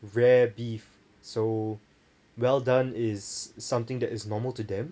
rare beef so well done is something that is normal to them